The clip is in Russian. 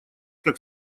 как